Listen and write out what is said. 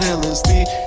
lsd